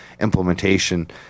implementation